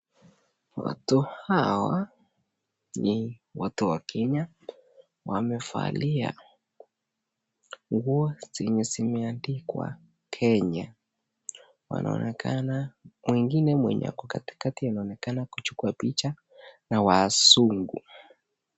Watu hawa ni watu wa Kenya. Wamevalia nguo zenye zimeandikwa Kenya. Wanaonekana mwingine mwenye ako katikati anaonekana kuchukua picha na wazungu.